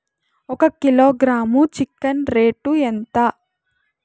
ఒక kilogram chicken rate ఎంత?